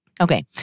Okay